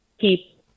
keep